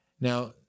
Now